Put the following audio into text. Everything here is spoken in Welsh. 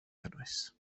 cynnwys